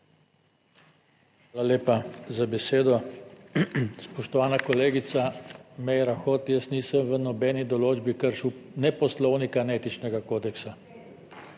Hvala lepa za besedo. Spoštovana kolegica Meira Hot, jaz nisem v nobeni določbi kršil ne Poslovnika ne Etičnega kodeksa.